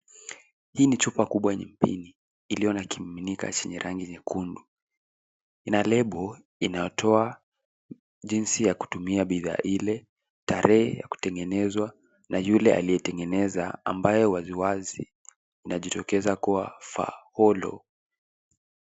Hii ni chupa kubwa yenye mpini iliyo na kimiminika chenye rangi nyekundu. Ina lebo inayotoa jinsi ya kutumia bidhaa ile, tarehe ya kutengezwa na yule aliyetengeneza ambayo waziwazi inajitokeza kuwa, faholo.